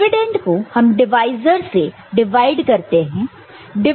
dividend को हम divisor से डिवाइड करते हैं